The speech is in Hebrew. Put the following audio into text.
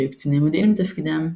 שהיו קציני מודיעין בתפקידם,